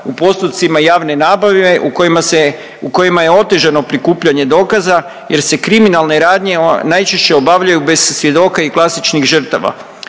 u postupcima javne nabave u kojima je otežano prikupljanje dokaza jer se kriminalne radnje najčešće obavljaju bez svjedoka i klasičnih žrtava,